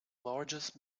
largest